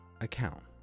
account